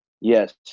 Yes